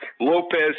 Lopez